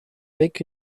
avec